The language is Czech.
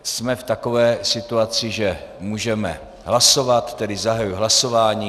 Jsme v takové situaci, že můžeme hlasovat, takže zahajuji hlasování.